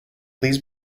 please